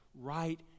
right